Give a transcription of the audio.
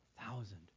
thousand